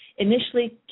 initially